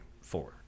four